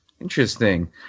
interesting